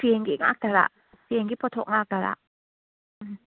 ꯆꯦꯡꯒꯤ ꯉꯥꯛꯇꯔꯥ ꯆꯦꯡꯒꯤ ꯄꯣꯊꯣꯛ ꯉꯥꯛꯇꯔꯥ ꯎꯝ